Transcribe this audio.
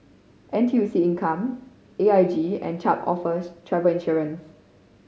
N T U C Income A I G and Chubb offer travel insurance